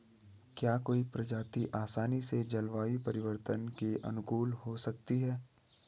क्या कोई प्रजाति आसानी से जलवायु परिवर्तन के अनुकूल हो सकती है?